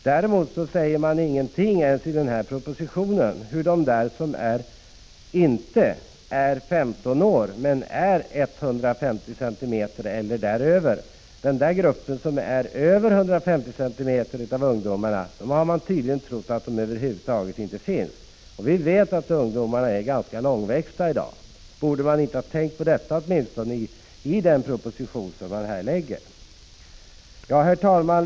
Däremot säger man ingenting — inte ens i propositionen — beträffande dem som inte är 15 år men över 150 cm långa. Den grupp som är över 150 cm har man tydligen trott över huvud taget inte finns. Vi vet att ungdomarna i dag är ganska långväxta. Borde man inte ha tänkt på åtminstone detta i den proposition som regeringen här har framlagt? Herr talman!